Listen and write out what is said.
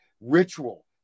ritual